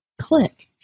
click